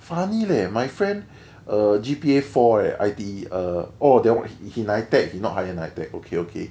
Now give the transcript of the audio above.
funny leh my friend err G_P_A four leh I_T_E orh that one he NITEC not higher NITEC okay okay